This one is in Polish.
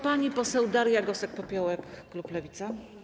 Pani poseł Daria Gosek-Popiołek, klub Lewica.